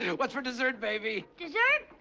what's for dessert baby? dessert?